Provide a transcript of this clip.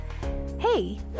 Hey